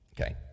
Okay